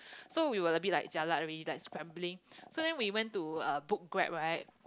so we were a bit like jialat already like scrambling so then we went to uh book Grab right